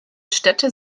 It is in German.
städte